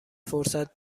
فرصت